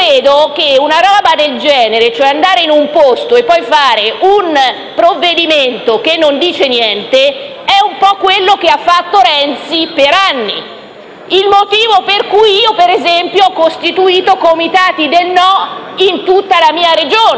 credo che una cosa del genere, e cioè andare in un posto e poi approvare un provvedimento che non dice niente, è un po' quanto ha fatto Renzi per anni; è il motivo per cui io - per esempio - ho costituito comitati nel no in tutta la mia Regione;